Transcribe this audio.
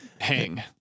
hang